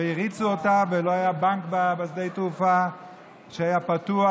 והריצו אותה, ולא היה בנק בשדה התעופה שהיה פתוח.